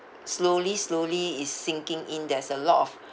slowly slowly is sinking in there's a lot of